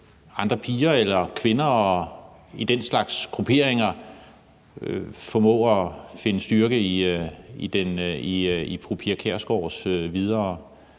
andre piger eller kvinder og i den slags grupperinger formået at finde styrke i forhold til fru Pia Kjærsgaards videre